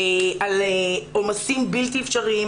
על עומסים בלתי אפשריים,